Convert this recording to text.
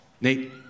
Nate